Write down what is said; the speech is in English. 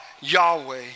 Yahweh